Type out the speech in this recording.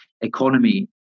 economy